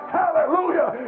hallelujah